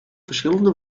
verschillende